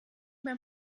beim